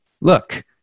look